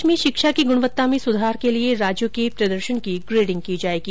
देश में शिक्षा की गुणवत्ता में सुधार के लिए राज्यों के प्रदर्शन की ग्रेडिंग की जाएगी